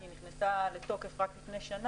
כי היא נכנסה לתוקף רק לפני שנה,